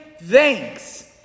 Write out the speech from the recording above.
thanks